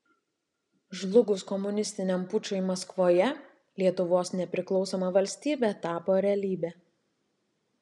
žlugus komunistiniam pučui maskvoje lietuvos nepriklausoma valstybė tapo realybe